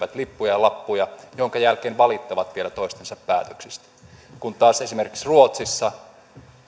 lippuja ja lappuja minkä jälkeen valittavat vielä toistensa päätöksistä kun taas esimerkiksi ruotsissa